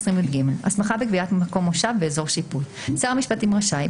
220יג.הסמכה וקביעת מקום מושב ואזור שיפוט שר המשפטים רשאי,